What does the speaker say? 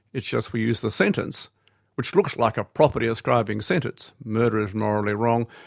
it's just we use the sentence which looks like a property describing sentence murder is morally wrong.